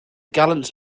gallant